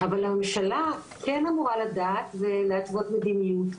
אבל הממשלה כן אמורה לדעת ולהתוות מדיניות.